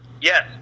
Yes